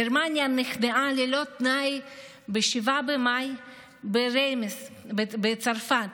גרמניה נכנעה ללא תנאי ב-7 במאי בריימס בצרפת,